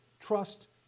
trust